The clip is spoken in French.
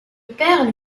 père